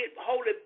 holy